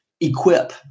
equip